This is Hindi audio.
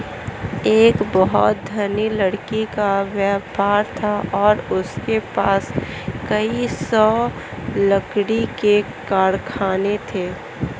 एक बहुत धनी लकड़ी का व्यापारी था और उसके पास कई सौ लकड़ी के कारखाने थे